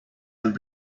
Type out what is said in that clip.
and